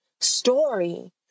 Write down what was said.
story